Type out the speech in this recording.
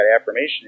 affirmation